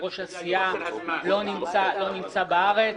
יושב-ראש הסיעה לא נמצא בארץ,